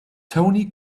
tony